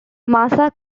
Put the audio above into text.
massa